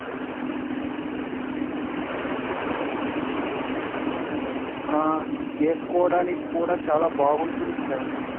ఆ వేసుకోవడానికి కూడా చాలా బాగుంటుంది సార్